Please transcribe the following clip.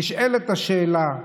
נשאלת השאלה: